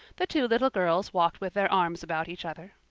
the two little girls walked with their arms about each other.